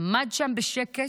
עמד שם בשקט,